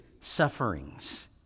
sufferings